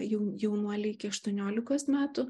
jau jaunuoliai iki aštuoniolikos metų